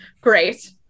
Great